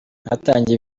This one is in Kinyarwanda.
hatangiye